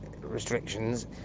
restrictions